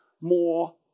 more